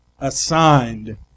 assigned